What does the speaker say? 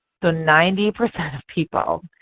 so ninety percent of people.